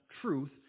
truth